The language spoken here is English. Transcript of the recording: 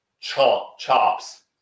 chops